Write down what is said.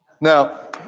Now